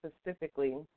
specifically